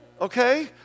Okay